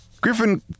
Griffin